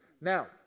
Now